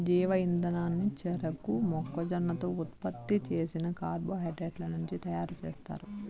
జీవ ఇంధనాన్ని చెరకు, మొక్కజొన్నతో ఉత్పత్తి చేసిన కార్బోహైడ్రేట్ల నుంచి తయారుచేస్తారు